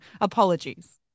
Apologies